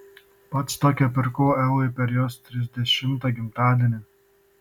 pats tokią pirkau evai per jos trisdešimtą gimtadienį